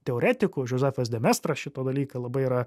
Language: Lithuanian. teoretikų džozefas demestras šitą dalyką labai yra